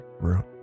room